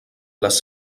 les